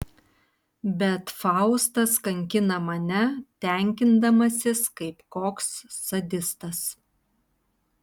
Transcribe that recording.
bet faustas kankina mane tenkindamasis kaip koks sadistas